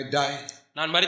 die